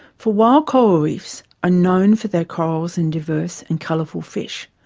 for while coral reefs are known for their corals and diverse and colourful fish,